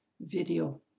video